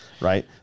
Right